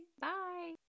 Bye